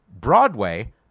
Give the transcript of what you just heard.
Broadway